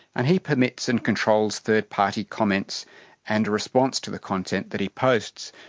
and he permits and controls third-party comments and a response to the content that he posts.